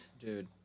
dude